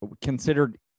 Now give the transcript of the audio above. considered